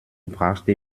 brachte